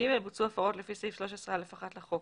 (ג) בוצעו הפרות לפי סעיף 13(א)(1) לחוק,